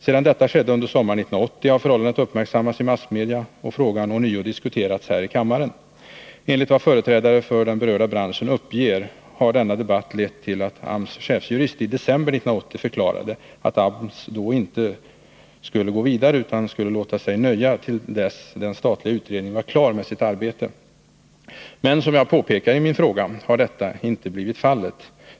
Sedan detta skedde sommaren 1980 har förhållandena uppmärksammats i massmedia, och frågan har ånyo diskuterats här i kammaren. Enligt vad företrädare för den berörda branschen uppger har debatten lett till att AMS chefjurist i december 1980 förklarade att AMS då inte skulle gå vidare utan att man skulle låta sig nöja till dess att den statliga utredningen var klar med sitt arbete. Men som jag påpekade i min fråga har så inte blivit fallet.